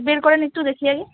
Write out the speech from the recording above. বের করেন একটু দেখি আগে